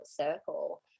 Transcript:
circle